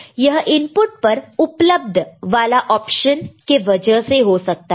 यह इनपुट पर उपलब्ध वाला ऑप्शन के वजह से हो सकता है